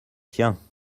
tiens